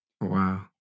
Wow